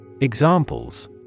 Examples